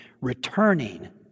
returning